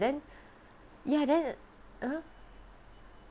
then ya then !huh!